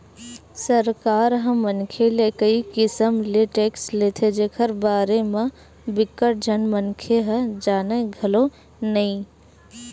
सरकार ह मनखे ले कई किसम ले टेक्स लेथे जेखर बारे म बिकट झन मनखे ह जानय घलो नइ